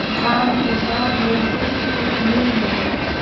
धान बिहान मिलही की नी मिलही?